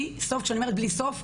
וכשאני אומרת בלי סוף,